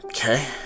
Okay